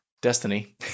destiny